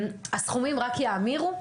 הסכומים רק יאמירו.